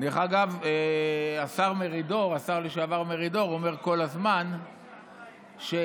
דרך אגב, השר לשעבר מרידור אומר כל הזמן שזה